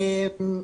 כן,